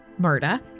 Murda